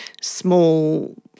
small